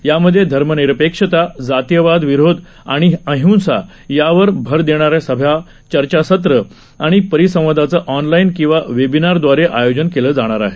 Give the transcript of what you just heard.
यामध्ये धर्मनिरपेक्षता जातीयवाद विरोध व अहिंसा यावर भर देणाऱ्या सभा चर्चासत्रं आणि परिसंवादाचं ऑनलाईन किंवा वेबिनारदवारे आयोजन केलं जाणार आहे